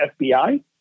FBI